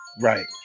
right